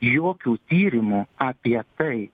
jokių tyrimų apie tai